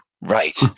Right